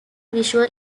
visual